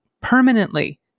permanently